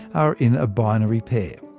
are in a binary pair.